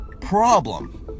Problem